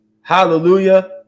Hallelujah